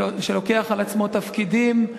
שלוקח על עצמו תפקידים,